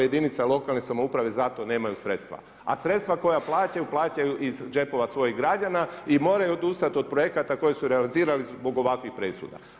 Jedinice lokalne samouprave za to nemaju sredstva, a sredstva koja plaćaju, plaćaju iz džepova svojih građana i moraju odustati od projekata koje su realizirali zbog ovakvih presuda.